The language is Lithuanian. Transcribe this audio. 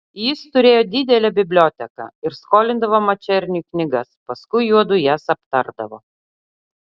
jis turėjo didelę biblioteką ir skolindavo mačerniui knygas paskui juodu jas aptardavo